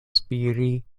spiri